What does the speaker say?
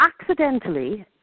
accidentally